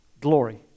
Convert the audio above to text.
glory